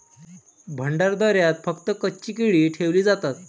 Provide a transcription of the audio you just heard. भंडारदऱ्यात फक्त कच्ची केळी ठेवली जातात